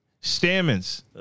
Stamens